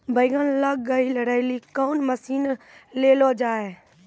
बैंगन लग गई रैली कौन मसीन ले लो जाए?